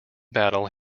battle